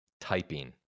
typing